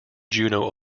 juno